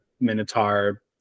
Minotaur